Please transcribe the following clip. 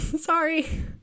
sorry